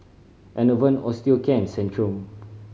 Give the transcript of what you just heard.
Enervon Osteocare and Centrum